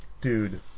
dude